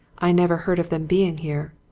i never heard of them being here.